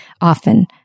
often